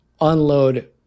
unload